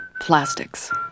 Plastics